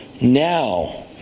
now